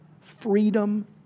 freedom